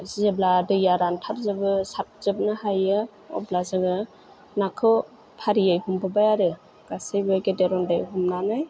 जेब्ला दैया रानथाबजोबो सारजोबनो हायो अब्ला जोङो नाखौ फारियै हमबोबाय आरो गासैबो गेदेर उन्दै हमनानै